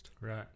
Right